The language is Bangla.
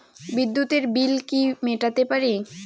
বিদ্যুতের বিল কি মেটাতে পারি?